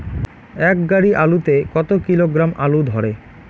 এক গাড়ি আলু তে কত কিলোগ্রাম আলু ধরে?